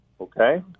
Okay